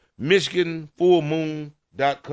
michiganfullmoon.com